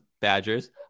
Badgers